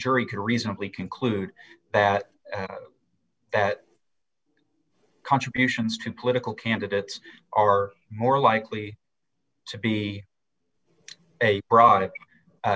jury can reasonably conclude that that contributions to political candidates are more likely to be a product